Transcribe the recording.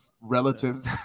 relative